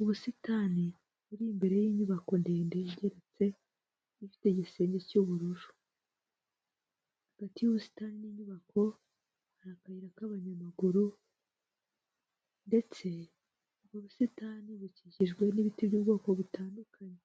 Ubusitani buri imbere y'inyubako ndende igeretse, ifite igisenge cy'ubururu. Hagati y'ubusitani n'inyubako, hari akayira k'abanyamaguru, ndetse ubusitani bukikijwe n'ibiti by'ubwoko butandukanye.